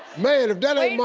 man, if that ain't